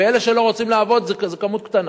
ואלה שלא רוצים לעבוד זה כמות קטנה.